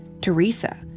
Teresa